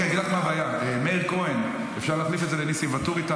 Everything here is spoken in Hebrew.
מאיר כהן, אפשר להחליף לניסים ואטורי?